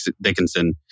Dickinson